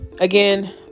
again